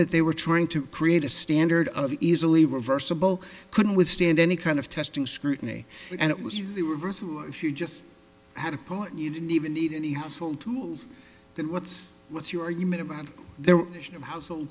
that they were trying to create a standard of easily reversible couldn't withstand any kind of testing scrutiny and it was easily reversed if you just had a poll and you didn't even need any household tools than what's what you are human about their household